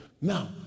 Now